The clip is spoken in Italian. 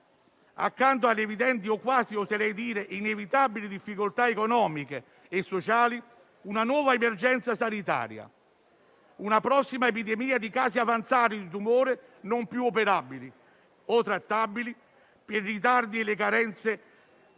accanto alle evidenti o quasi - oserei dire - inevitabili difficoltà economiche e sociali, una nuova emergenza sanitaria, una prossima epidemia di casi avanzati di tumore non più operabili o trattabili per i ritardi e le carenze